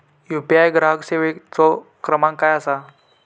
UPI ग्राहक सेवेचो क्रमांक काय असा?